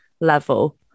level